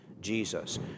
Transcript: Jesus